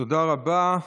תודה רבה.